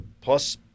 Plus